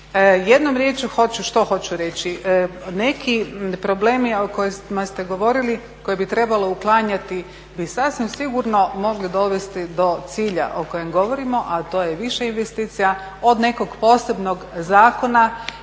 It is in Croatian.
Jednom riječju što hoću reći? Neki problemi o kojima ste govorili koje bi trebalo uklanjati bi sasvim sigurno mogli dovesti do cilja o kojem govorimo, a to je više investicija od nekog posebnog zakona